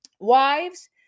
Wives